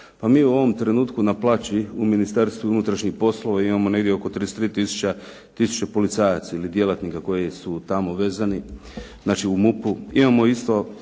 Pa mi u ovom trenutku na plaći u Ministarstvu unutrašnjih poslova imamo negdje oko 33 tisuće policajaca ili djelatnika koji su tamo vezani, znači u MUP-u.